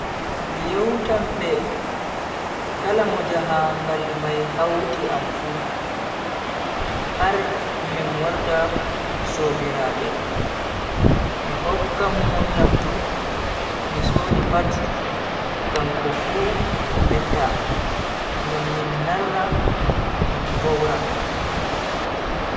Mi yewtan be kala mo jahangal mai hauti am fu har min warta sobiraabe. Mi hokkan Mo nyamdu mi sodi pat kanko fu o metta ngam min narra min vowra.